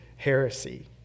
Heresy